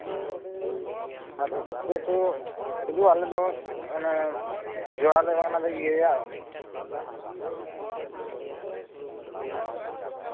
ᱟᱫᱚ ᱪᱮᱫ ᱠᱩ ᱦᱩᱭᱩᱜᱼᱟ ᱟᱞᱮ ᱫᱚ ᱚᱱᱟ ᱡᱚ ᱟᱞᱮ ᱚᱱᱟ ᱞᱮ ᱤᱭᱟᱹᱭᱟ